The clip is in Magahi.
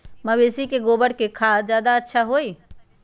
मवेसी के गोबर के खाद ज्यादा अच्छा होई?